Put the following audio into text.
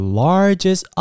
largest